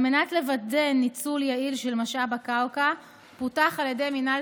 על מנת לוודא ניצול יעיל של משאב הקרקע פותח על ידי מינהל